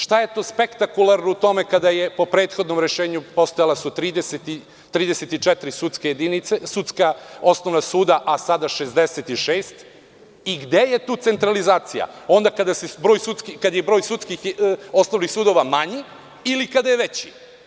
Šta je to spektakularno u tome kada je po prethodnom rešenju postojala 34 osnovna suda, a sada 66, i gde je tu centralizacija, onda kada je broj osnovnih sudova manji ili kada je veći?